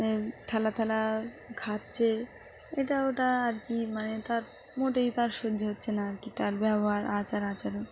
থালা থালা খাচ্ছে এটা ওটা আর কি মানে তার মোটেই তার সহ্য হচ্ছে না আর কি তার ব্যবহার আচার আচরণ